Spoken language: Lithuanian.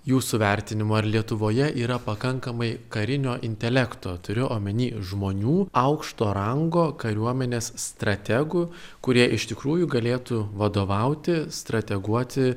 jūsų vertinimu ar lietuvoje yra pakankamai karinio intelekto turiu omeny žmonių aukšto rango kariuomenės strategų kurie iš tikrųjų galėtų vadovauti strateguoti